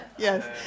Yes